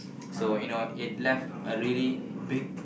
so you know it left a really big